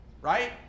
right